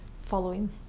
following